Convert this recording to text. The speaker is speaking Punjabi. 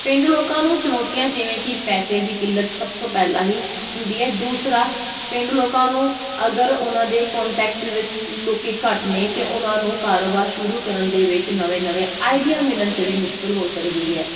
ਪੇਂਡੂ ਲੋਕਾਂ ਨੂੰ ਚੁਣੌਤੀਆਂ ਜਿਵੇਂ ਕਿ ਪੈਸੇ ਦੀ ਕਿੱਲਤ ਸਭ ਤੋਂ ਪਹਿਲਾਂ ਹੀ ਹੁੰਦੀ ਹੈ ਦੂਸਰਾ ਪੇਂਡੂ ਲੋਕਾਂ ਨੂੰ ਅਗਰ ਉਨ੍ਹਾਂ ਦੇ ਕੋਂਟੈਕਟ ਵਿੱਚ ਲੋਕ ਘੱਟ ਨੇ ਅਤੇ ਉਨ੍ਹਾਂ ਨੂੰ ਕਾਰੋਬਾਰ ਸ਼ੁਰੂ ਕਰਨ ਦੇ ਵਿੱਚ ਨਵੇਂ ਨਵੇਂ ਆਈਡਿਆ ਮਿਲਣ 'ਚ ਵੀ ਮੁਸ਼ਕਲ ਹੋ ਸਕਦੀ ਹੈ